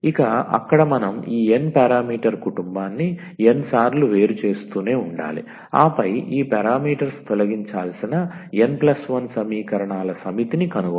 ఇక అక్కడ మనం ఈ n పారామీటర్ కుటుంబాన్ని n సార్లు వేరు చేస్తూనే ఉండాలి ఆపై ఈ పారామీటర్స్ తొలగించాల్సిన 𝑛 1 సమీకరణాల సమితిని కనుగొన్నాము